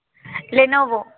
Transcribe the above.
Lenovo